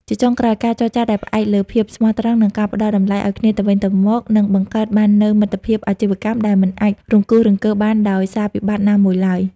ជាចុងក្រោយ ការចរចាដែលផ្អែកលើភាពស្មោះត្រង់ និងការផ្ដល់តម្លៃឱ្យគ្នាទៅវិញទៅមក នឹងបង្កើតបាននូវមិត្តភាពអាជីវកម្មដែលមិនអាចរង្គោះរង្គើបានដោយសារវិបត្តិណាមួយឡើយ។